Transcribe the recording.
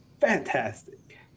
fantastic